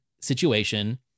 situation